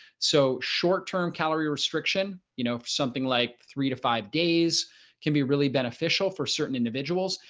so short term calorie restriction, you know, something like three to five days can be really beneficial for certain individuals.